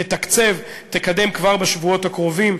תתקצב ותקדם כבר בשבועות הקרובים.